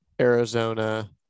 Arizona